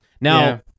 Now